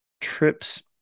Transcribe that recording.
trips